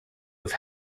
have